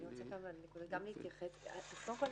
קודם כל,